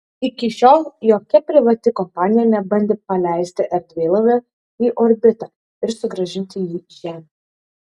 iki šiol jokia privati kompanija nebandė paleisti erdvėlaivio į orbitą ir sugrąžinti jį į žemę